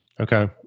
Okay